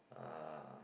uh